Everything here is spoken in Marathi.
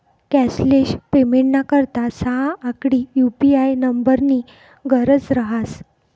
कॅशलेस पेमेंटना करता सहा आकडी यु.पी.आय नम्बरनी गरज रहास